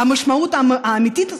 המשמעות האמיתית שלהן,